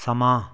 ਸਮਾਂ